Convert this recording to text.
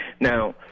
Now